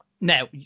Now